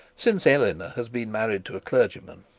since eleanor has been married to a clergyman,